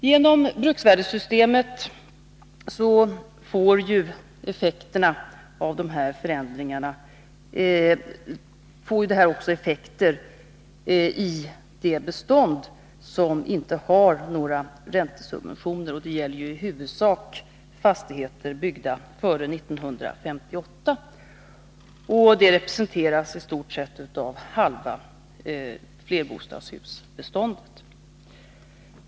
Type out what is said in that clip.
Genom bruksvärdessystemet får detta också effekter i det bestånd som inte har några räntesubventioner. Det gäller i huvudsak fastigheter byggda före 1958 — i stort sett halva flerbostadshusbeståndet.